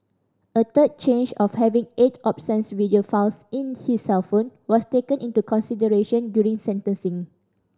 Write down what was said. a third charge of having eight obscene video files in his cellphone was taken into consideration during sentencing